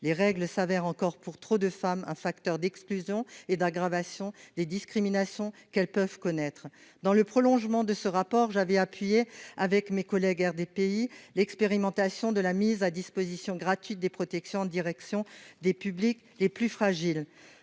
les règles s'avère encore pour trop de femmes un facteur d'exclusion et d'aggravation des discriminations qu'elles peuvent connaître dans le prolongement de ce rapport, j'avais appuyé avec mes collègues et des pays, l'expérimentation de la mise à disposition gratuite des protections en direction des publics les plus fragiles,